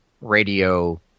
radio